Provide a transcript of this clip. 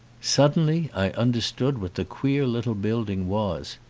suddenly i understood what the queer little build ing was.